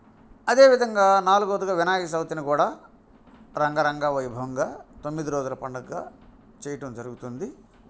అదేవిధంగా నాలుగవదిగా వినాయక చవితిని కూడా రంగ రంగ వైభవంగా తొమ్మిది రోజుల పండుగగా చెయ్యడం జరుగుతుంది